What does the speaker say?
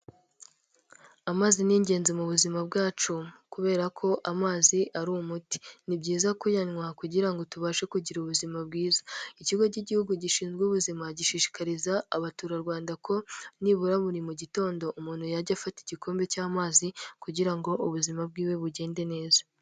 Amazi ni ingenzi mu buzima bwacu kubera ko amazi ari umuti. Ni byiza kuyanwa kugira ngo tubashe kugira ubuzima bwiza. Ikigo cy'Igihugu gishinzwe ubuzima gishishikariza abaturarwanda ko nibura buri gitondo umuntu yajya afata igikombe cy'amazi kugira ngo ubuzima bwiwe bugende neza.